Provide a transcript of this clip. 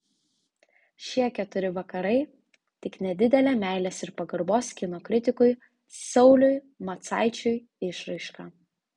šie keturi vakarai tik nedidelė meilės ir pagarbos kino kritikui sauliui macaičiui išraiška